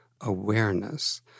awareness